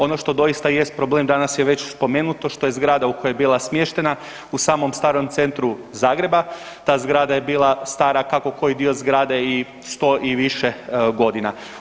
Ono što doista jest problem, danas je već spomenuto što je zgrada u kojoj je bila smještena u samom starom centru Zagreba, ta zgrada je bila stara kako koji dio zgrade 100 i više godina.